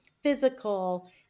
physical